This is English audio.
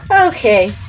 Okay